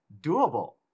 doable